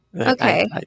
Okay